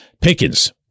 Pickens